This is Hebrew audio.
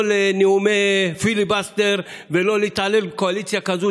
לנאומי פיליבסטר ולא להתעלל בקואליציה כזאת,